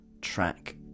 track